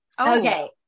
Okay